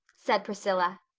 said priscilla.